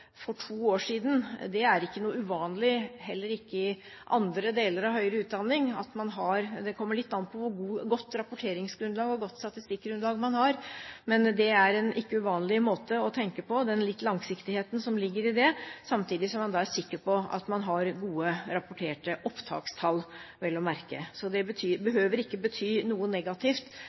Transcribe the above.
for to år siden. Det er ikke noe uvanlig, heller ikke i andre deler av høyere utdanning. Det kommer litt an på hvor godt rapporteringsgrunnlag og hvor godt statistikkgrunnlag man har. Men det er en ikke uvanlig måte å tenke på – den langsiktigheten som ligger i det, samtidig som man er sikker på at man har gode rapporterte opptakstall, vel å merke. Så det behøver ikke å bety noe negativt